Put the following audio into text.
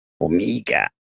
Omega